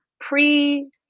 pre